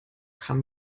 kam